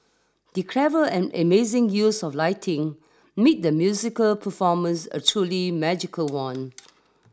the clever and amazing use of lighting made the musical performance a truly magical one